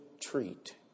treat